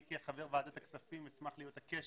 אני, כחבר ועדת הכספים, אשמח להיות המקשר.